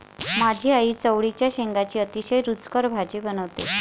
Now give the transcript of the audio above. माझी आई चवळीच्या शेंगांची अतिशय रुचकर भाजी बनवते